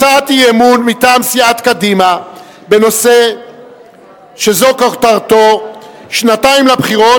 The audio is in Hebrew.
הצעת אי-אמון מטעם סיעת קדימה בנושא שזו כותרתו: "שנתיים לבחירות: